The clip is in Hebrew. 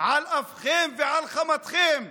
על אפכם ועל חמתכם,